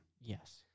Yes